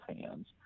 hands